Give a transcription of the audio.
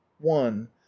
One